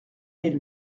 mille